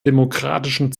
demokratischen